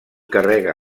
carrega